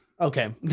Okay